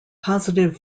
positive